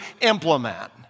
implement